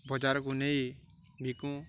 ବଜାରକୁ ନେଇ ବିକୁଁ